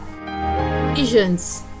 visions